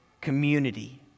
community